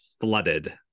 flooded